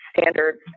standards